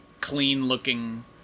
clean-looking